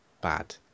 bad